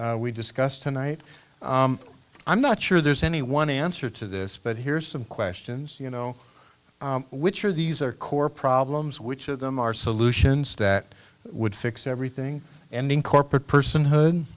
we discussed tonight i'm not sure there's any one answer to this but here's some questions you know which are these are core problems which of them are solutions that would fix everything ending corporate personhood